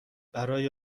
برای